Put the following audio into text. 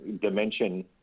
dimension